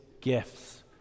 gifts